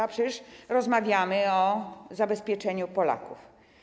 A przecież rozmawiamy o zabezpieczeniu Polaków.